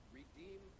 redeem